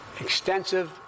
extensive